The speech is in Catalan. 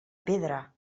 pedra